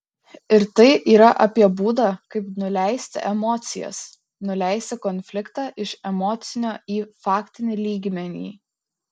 ir tai yra apie būdą kaip nuleisti emocijas nuleisti konfliktą iš emocinio į faktinį lygmenį